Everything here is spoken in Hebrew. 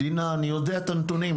אני יודע את הנתונים.